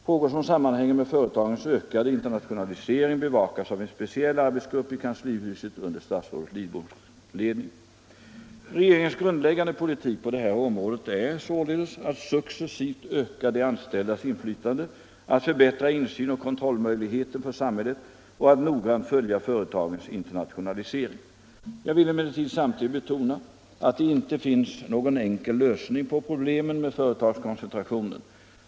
Frågor som sammanhänger med företagens ökade internationalisering bevakas av en speciell arbetsgrupp i kanslihuset under statsrådet Lidboms ledning. Regeringens grundläggande politik på det här området är således att successivt öka de anställdas inflytande, att förbättra insyn och kontrollmöjligheten för samhället och att noggrant följa företagens internationalisering. Jag vill emellertid samtidigt betona att det inte finns någon enkel lösning på problemen med företagskoncentrationen.